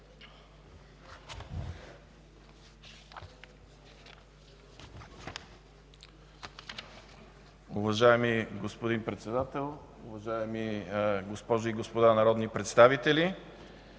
Уважаеми господин Председател, уважаеми госпожи и господа народни представители!